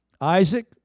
Isaac